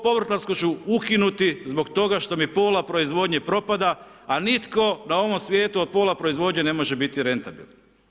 Povrtlarsku ću ukinuti zbog toga što mi pola proizvodnje propada, a nitko na ovom svijetu od pola proizvodnje ne može biti rentabilan.